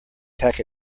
tack